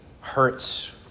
hurts